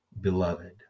beloved